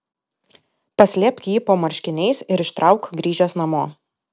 paslėpk jį po marškiniais ir ištrauk grįžęs namo